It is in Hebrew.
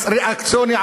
מס ריאקציוני,